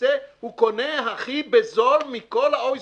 הוא קונה הכי בזול מכל ה-OECD.